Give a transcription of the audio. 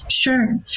Sure